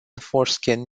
foreskin